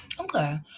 Okay